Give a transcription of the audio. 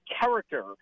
character